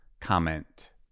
comment